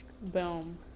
Boom